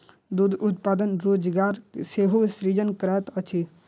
दूध उत्पादन उद्योग रोजगारक सेहो सृजन करैत अछि